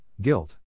guilt